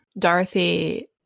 Dorothy